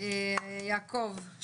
אני מקבוצת אסט"י